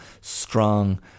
strong